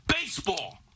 baseball